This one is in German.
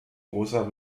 großer